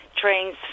trains